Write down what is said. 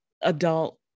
adult